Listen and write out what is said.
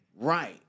right